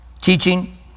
teaching